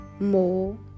more